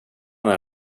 när